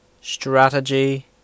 strategy